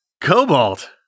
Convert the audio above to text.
cobalt